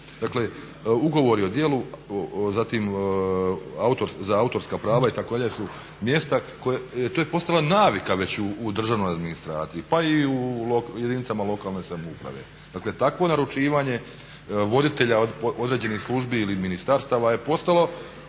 Dakle ugovori o djelu, zatim za autorska prava itd. su mjesta, to je postala navika već u državnoj administraciji pa i u jedinicama lokalne samouprave. Dakle takvo naručivanje voditelja određenih službi ili ministarstava je postala